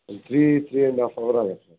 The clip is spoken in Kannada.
ಒಂದು three three and half hour ಆಗತ್ತೆ